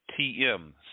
TM